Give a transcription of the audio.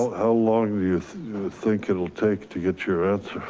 how long do you think it'll take to get your answer?